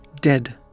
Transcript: dead